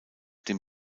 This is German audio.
dem